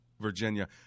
Virginia